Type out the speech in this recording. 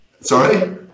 Sorry